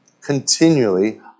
continually